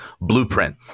blueprint